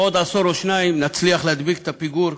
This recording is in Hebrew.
בעוד עשור או שניים נצליח להדביק את הפיגור,